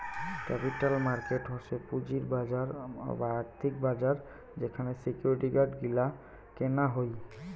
capital market হসে পুঁজির বাজার বা আর্থিক বাজার যেখানে সিকিউরিটি গিলা কেনা হই